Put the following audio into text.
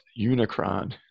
Unicron